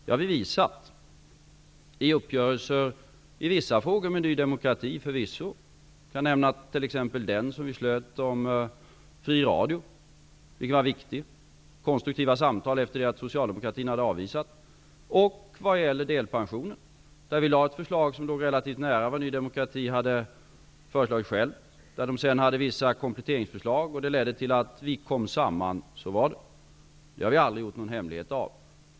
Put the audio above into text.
Det har vi visat vid uppgörelser i vissa frågor med Ny demokrati förvisso. Jag kan t.ex. nämna den fråga som vi slöt om fri radio, vilken var viktig. Vi förde konstruktiva samtal efter att Socialdemokraterna hade varit avvisande. Det gäller också frågan om delpensionen. Vi lade ett förslag som låg relativt nära det som nydemokraterna själva hade föreslagit, där de sedan hade vissa kompletteringsförslag som ledde till att vi kom samman. Så var det. Det har vi aldrig gjort någon hemlighet av.